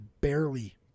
barely